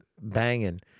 banging